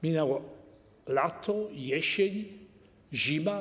Minęło lato, jesień, zima.